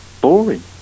boring